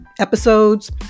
episodes